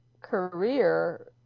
career